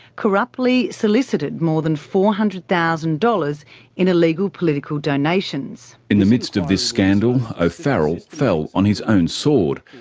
corruptly solicited more than four hundred thousand dollars in illegal political donations. in the midst of this scandal, o'farrell fell on his own sword,